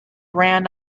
ran